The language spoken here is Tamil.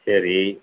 சரி